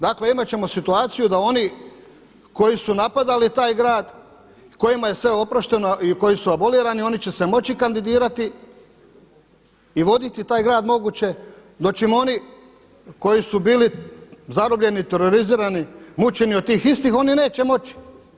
Dakle, imat ćemo situaciju da oni koji su napadali taj grad i kojima se sve oprošteno i koji su abolirani oni će se moći kandidirati i voditi taj grad moguće, dočim oni koji su bili zarobljeni, terorizirani, mučeni od tih istih oni neće moći.